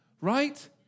right